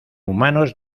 humanos